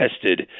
tested